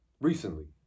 recently